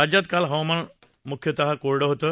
राज्यात काल हवामान म्ख्यतः कोरडं होतं